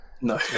No